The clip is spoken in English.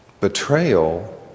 Betrayal